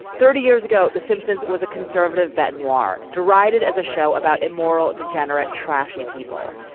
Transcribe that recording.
thirty years ago the simpsons was a conservative bet noir derided as a show about a moral degenerate trashy people.